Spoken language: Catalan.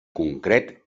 concret